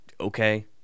okay